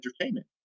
entertainment